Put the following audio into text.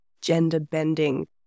gender-bending